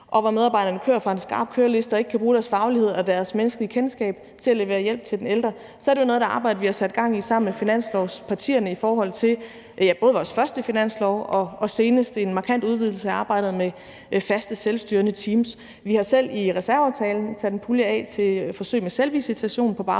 og hvor medarbejderne kører efter en skarp køreliste og ikke kan bruge deres faglighed og deres menneskelige kendskab til at levere hjælp til den ældre? Det er jo noget af det arbejde, vi har sat gang i sammen med finanslovspartierne – ja, både med vores første finanslov og senest med en markant udvidelse af arbejdet med faste selvstyrende teams. Vi har selv i reserveaftalen sat en pulje af til forsøg med selvvisitation på